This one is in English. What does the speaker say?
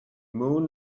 moon